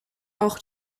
auch